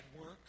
work